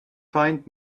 find